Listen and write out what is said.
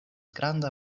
granda